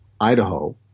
Idaho